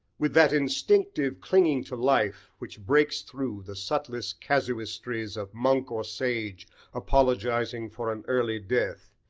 with that instinctive clinging to life, which breaks through the subtlest casuistries of monk or sage apologising for an early death,